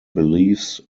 beliefs